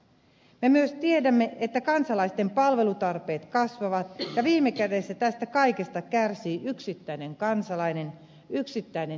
me myös tiedämme että kansalaisten palvelutarpeet kasvavat ja viime kädessä tästä kaikesta kärsii yksittäinen kansalainen yksittäinen ihminen ja perhe